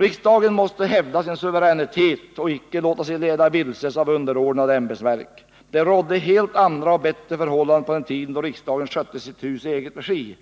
Riksdagen måste hävda sin suveränitet och inte låta sig ledas vilse av underordnade ämbetsverk. På den tiden då riksdagen skötte sitt hus i egen regi